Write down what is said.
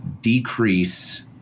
decrease